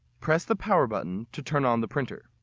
press the power button to turn on the printer.